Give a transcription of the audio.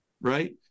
right